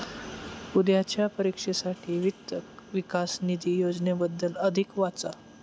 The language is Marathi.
उद्याच्या परीक्षेसाठी वित्त विकास निधी योजनेबद्दल अधिक वाचा